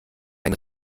ein